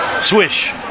Swish